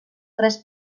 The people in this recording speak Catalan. tres